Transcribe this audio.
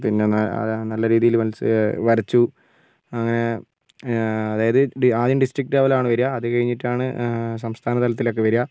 പിന്നെ നല്ല രീതിയിൽ വരച്ചു അങ്ങനെ അതായത് ആദ്യം ഡിസ്ട്രിക്ട് ലെവലാണ് വരിക അതു കഴിഞ്ഞിട്ടാണ് സംസ്ഥാന തലത്തിലേക്ക് വരിക